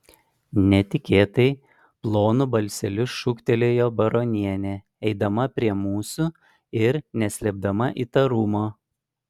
netikėtai plonu balseliu šūktelėjo baronienė eidama prie mūsų ir neslėpdama įtarumo